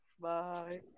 Bye